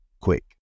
quick